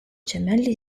gemelli